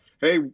hey